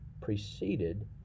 preceded